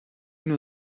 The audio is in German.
nur